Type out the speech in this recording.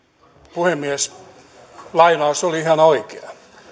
puhemies lainaus oli ihan oikea